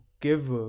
give